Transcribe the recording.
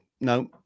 no